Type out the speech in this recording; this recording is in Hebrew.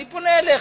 אני פונה אליך,